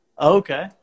okay